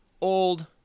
old